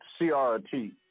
CRT